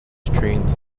trains